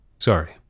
Sorry